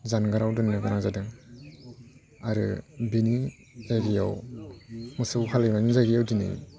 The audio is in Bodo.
जानगाराव दोननो गोनां जादों आरो बिनि जायगायाव मोसौ हालएवनायनि जाययगायाव दिनै